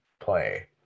play